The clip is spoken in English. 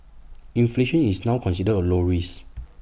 inflation is now considered A low risk